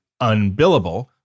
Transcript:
UNBILLABLE